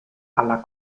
alla